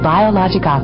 Biologic